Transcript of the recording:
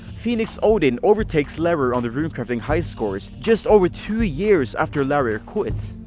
phoenix odin overtakes larryr on the runecrafting hiscores, just over two years after larryr quit.